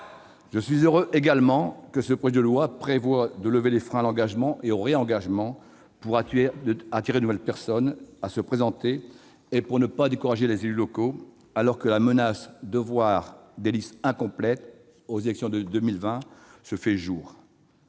Je suis heureux également que ce projet de loi prévoie de lever des freins à l'engagement et au réengagement, pour attirer de nouvelles personnes à se présenter et pour ne pas décourager les élus locaux, alors que la menace de voir des listes incomplètes aux élections de 2020 se fait jour.